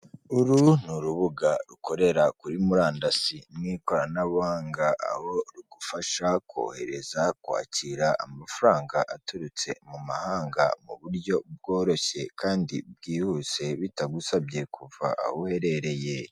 Uru ni urubuga rukorera kuri murandasi mu ikoranabuhanga, aho rugufasha kohereza, kwakira amafaranga aturutse mu mahanga mu buryo bworoshye kandi bwihuse bitagusabye kuva aho uherereye.